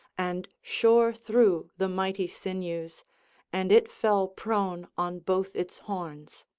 and shore through the mighty sinews and it fell prone on both its horns.